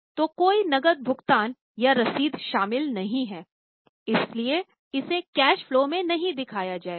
तो कोई नकद भुगतान या रसीद शामिल नहीं है इसलिए इसे कैश फलो में नहीं दिखाया जाएगा